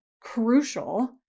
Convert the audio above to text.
crucial